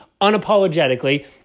unapologetically